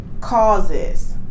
causes